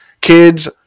kids